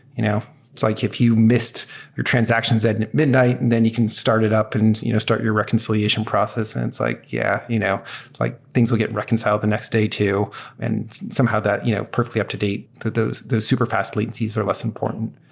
you know like if you missed your transactions at midnight and then you can start it up and you know start your reconciliation process and it's like, yeah, you know like things will get reconciled the next day too and somehow that you know perfectly up-to-date that those those superfast latencies are less important.